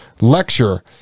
lecture